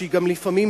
שלפעמים,